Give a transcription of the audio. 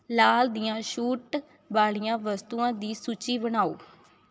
ਲਾਲ ਦੀਆਂ ਛੂਟ ਵਾਲੀਆਂ ਵਸਤੂਆਂ ਦੀ ਸੂਚੀ ਬਣਾਓ